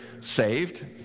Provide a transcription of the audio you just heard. saved